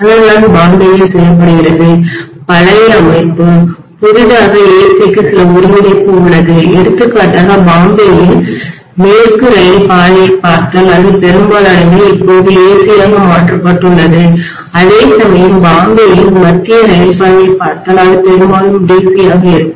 அதுதான் பாம்பேயில் செய்யப்படுகிறது பழைய அமைப்பு புதிதாக AC க்கு சில ஒருங்கிணைப்பு உள்ளது எடுத்துக்காட்டாக பாம்பேயில் மேற்கு ரயில் பாதையைப் பார்த்தால் அதில் பெரும்பாலானவை இப்போது ACயாகமாற்றப்பட்டுள்ளது அதேசமயம் பாம்பேயில் மத்திய ரயில் பாதையைப் பார்த்தால் அது பெரும்பாலும் DC யாக இருக்கும்